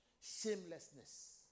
shamelessness